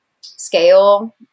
scale